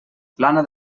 plana